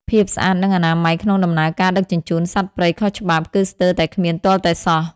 ភាពស្អាត និងអនាម័យក្នុងដំណើរការដឹកជញ្ជូនសត្វព្រៃខុសច្បាប់គឺស្ទើរតែគ្មានទាល់តែសោះ។